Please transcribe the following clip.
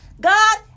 God